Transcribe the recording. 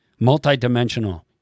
multidimensional